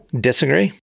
Disagree